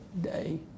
day